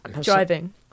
Driving